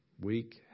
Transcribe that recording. weak